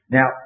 Now